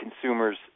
consumers